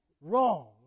wrong